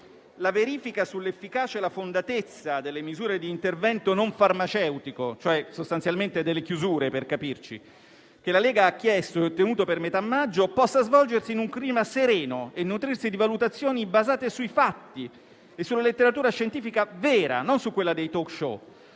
la verifica sull'efficacia e la fondatezza delle misure di intervento non farmaceutico (cioè sostanzialmente delle chiusure, per capirci), che la Lega ha chiesto e ottenuto per metà maggio, possa svolgersi in un clima sereno e nutrirsi di valutazioni basate sui fatti e sulla letteratura scientifica vera, non su quella dei *talk show*.